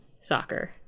soccer